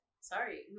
Sorry